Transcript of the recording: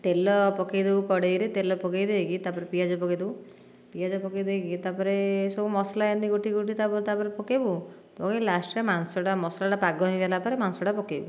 ତେଲ ପକେଇଦବୁ କଡ଼େଇରେ ତେଲ ପକେଇ ଦେଇକି ତାପରେ ପିଆଜ ପକେଇଦବୁ ପିଆଜ ପକେଇ ଦେଇକି ତାପରେ ସବୁ ମସଲା ଏନ୍ତି ଗୋଟି ଗୋଟି ତାପରେ ତାପରେ ପକେଇବୁ ପକେଇକି ଲାଷ୍ଟରେ ମାଂସଟା ମସଲାଟା ପାଗ ହୋଇଗଲା ପରେ ମାଂସଟା ପକେଇବୁ